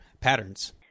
patterns